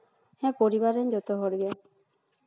ᱦᱮᱸ ᱯᱚᱨᱤᱵᱟᱨ ᱨᱮᱱ ᱡᱚᱛᱚ ᱦᱚᱲ ᱜᱮ